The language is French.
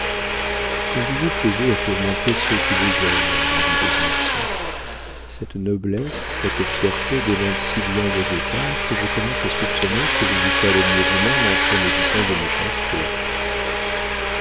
comme vous vous plaisez à tourmenter ceux qui vous aiment lui dit le duc cette noblesse cette fierté démentent si bien vos écarts que je commence à soupçonner que vous vous calomniez vous-même en préméditant vos méchancetés